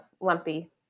lumpy